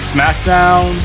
SmackDown